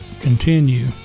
continue